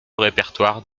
répertoire